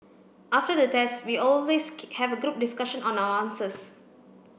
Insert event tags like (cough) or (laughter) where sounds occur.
after the test we always (unintelligible) have a group discussion on our answers